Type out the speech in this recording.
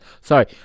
sorry